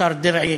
השר דרעי,